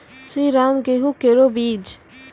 श्रीराम गेहूँ केरो बीज?